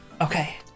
okay